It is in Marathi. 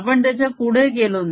आपण त्याच्या पुढे गेलो नाही